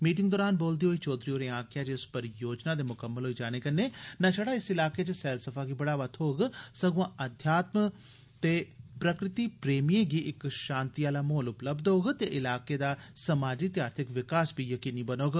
meeting दौरान बोलदे होई चौधरी होरें आक्खेया जे इस परियोजना दे मुकम्मल होई जाने कन्नै न शड़ा इस इलाके च सैलसफा गी बढ़ावा थ्होग सगुआ अध्यात्म ते प्रकृति प्रेमियें गी इक्क शांति आला माहौल थ्होग ते इलाके दा समाजी ते आर्थिक विकास बी यकीनी बनोग